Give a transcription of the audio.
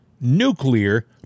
nuclear